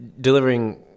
delivering